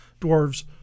dwarves